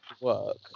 work